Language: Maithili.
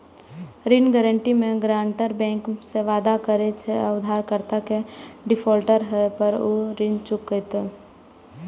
ऋण गारंटी मे गारंटर बैंक सं वादा करे छै, जे उधारकर्ता के डिफॉल्टर होय पर ऊ ऋण चुकेतै